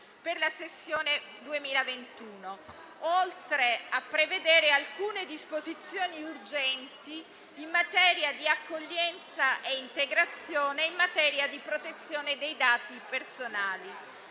per la sessione 2021, oltre a prevedere alcune disposizioni urgenti in materia di accoglienza e integrazione nell'ambito della protezione dei dati personali.